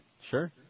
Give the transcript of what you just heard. Sure